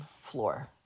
floor